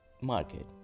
market